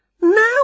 Now